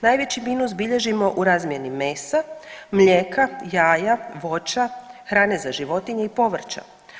Najveći minus bilježimo u razmjeni mesa, mlijeka, jaja, voća, hrane za životinje i povrća.